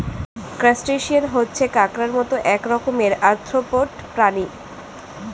crustacean হচ্ছে কাঁকড়ার মত এক রকমের আর্থ্রোপড প্রাণী